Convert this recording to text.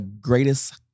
greatest